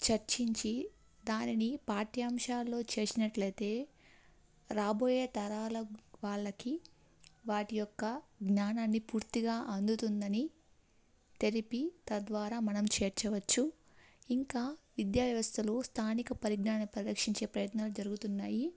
చర్చించి దానిని పాఠ్యాంశాల్లో చేర్చినట్లయితే రాబోయే తరాల వాళ్ళకి వాటి యొక్క జ్ఞానాన్ని పూర్తిగా అందుతుందని తెలిపి తద్వారా మనం చేర్చవచ్చు ఇంకా విద్యా వ్యవస్థలు స్థానిక పరిజ్ఞానాన్ని పరిరక్షించే ప్రయత్నాలు జరుగుతున్నాయి